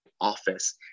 office